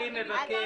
אני אגיש רביזיה.